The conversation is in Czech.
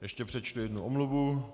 Ještě přečtu jednu omluvu.